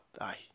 aye